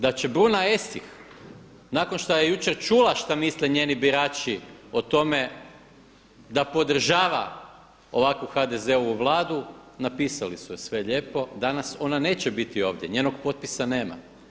Da će Bruna Esih nakon što je jučer čula šta misle njeni birači o tome da podržava ovakvu HDZ-ovu Vladu, napisali su joj sve lijepo, danas ona neće biti ovdje, njenog potpisa nema.